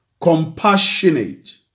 compassionate